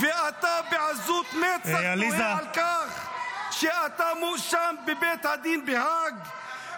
ואתה בעזות מצח תוהה על כך שאתה מואשם בבית הדין בהאג?